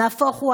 נהפוך הוא,